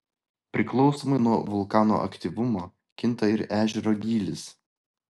priklausomai nuo vulkano aktyvumo kinta ir ežero gylis